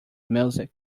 music